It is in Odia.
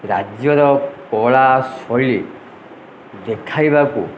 ରାଜ୍ୟର କଳା ଶୈଳୀ ଦେଖାଇବାକୁ